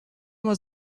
was